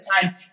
time